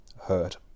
hurt